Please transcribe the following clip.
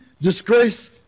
disgrace